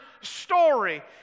story